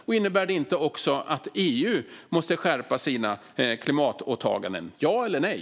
Och innebär den inte också att EU måste skärpa sina klimatåtaganden? Ja eller nej?